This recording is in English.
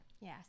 Yes